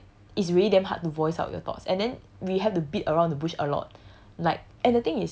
when I work with strangers right is really damn hard to voice out your thoughts and then we have to beat around the bush a lot